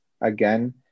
again